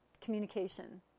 communication